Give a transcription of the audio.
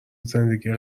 زندگی